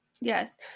Yes